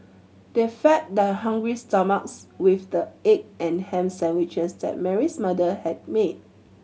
they fed their hungry stomachs with the egg and ham sandwiches that Mary's mother had made